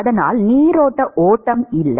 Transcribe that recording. அதனால் நீரோட்ட ஓட்டம் இல்லை